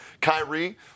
Kyrie